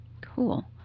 Cool